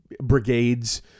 brigades